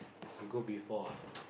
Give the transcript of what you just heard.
you go before ah